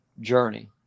journey